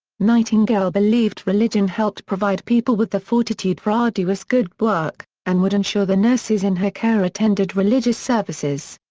nightingale believed religion helped provide people with the fortitude for arduous good work, and would ensure the nurses in her care attended religious services.